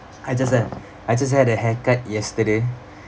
I just uh I just had a haircut yesterday